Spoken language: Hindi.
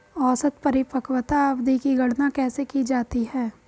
औसत परिपक्वता अवधि की गणना कैसे की जाती है?